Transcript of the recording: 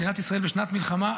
מדינת ישראל בשנת מלחמה,